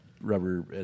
rubber